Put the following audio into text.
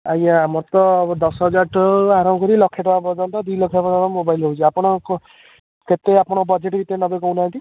ଆଜ୍ଞା ଆମର ତ ଦଶ ହଜାରଠୁ ଆରମ୍ଭ କରି ଲକ୍ଷେ ଟଙ୍କା ପର୍ଯ୍ୟନ୍ତ ଦୁଇଲକ୍ଷ ପର୍ଯ୍ୟନ୍ତ ମୋବାଇଲ୍ ରହୁଛି ଆପଣ କୋ କେତେ ଆପଣ ବଜେଟ୍ ଭିତରେ ନେବେ କହୁନାହାଁନ୍ତି